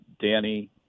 Danny